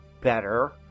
better